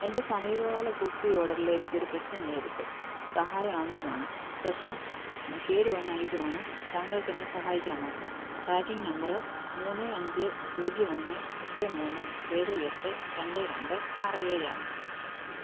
എൻ്റെ സമീപകാല കുർത്തി ഓർഡറിൽ എനിക്കൊരു പ്രശ്നം നേരിട്ടു സഹായം ആവശ്യമാണ് പ്രശ്നം കേടുവന്ന ഐറ്റം ആണ് താങ്കൾക്ക് എന്നെ സഹായിക്കാമോ ട്രാക്കിംഗ് നമ്പറ് മൂന്ന് അഞ്ച് പൂജ്യം ഒന്ന് എട്ട് മുന്ന് ഏഴ് എട്ട് രണ്ട് രണ്ട് ആറ് ഏഴ് ആണ്